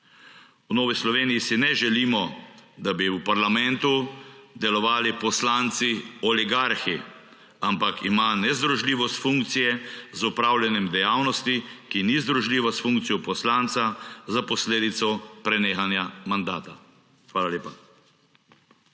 V Novi Sloveniji si ne želimo, da bi v parlamentu delovali poslanci oligarhi, ampak ima nezdružljivost funkcije z opravljanjem dejavnosti, ki ni združljiva s funkcijo poslanca, za posledico prenehanja mandata. Hvala.